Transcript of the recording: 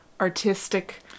artistic